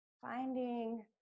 finding